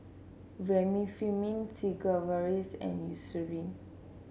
Remifemin Sigvaris and Eucerin